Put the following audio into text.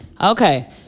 Okay